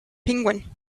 penguin